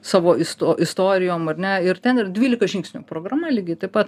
savo isto istorijom ar ne ir ten yra dvylika žingsnių programa lygiai taip pat